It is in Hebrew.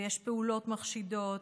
ויש פעולות מחשידות,